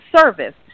service